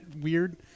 weird